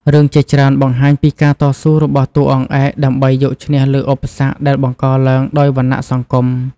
រឿងជាច្រើនបង្ហាញពីការតស៊ូរបស់តួអង្គឯកដើម្បីយកឈ្នះលើឧបសគ្គដែលបង្កឡើងដោយវណ្ណៈសង្គម។